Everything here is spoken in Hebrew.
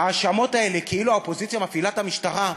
ההאשמות האלה כאילו האופוזיציה מפעילה את המשטרה,